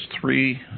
three